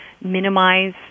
minimize